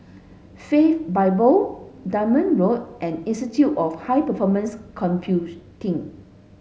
Faith Bible Dunman Road and Institute of High Performance Computing